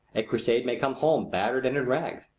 a crusade may come home battered and in rags.